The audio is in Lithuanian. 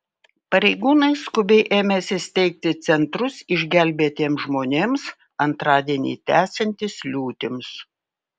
pareigūnai skubiai ėmėsi steigti centrus išgelbėtiems žmonėms antradienį tęsiantis liūtims